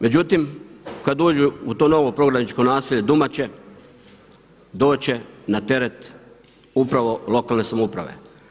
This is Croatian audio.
Međutim, kad uđu u to novo prognaničko naselje Dumače doći će na teret upravo lokalne samouprave.